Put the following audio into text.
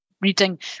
reading